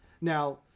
Now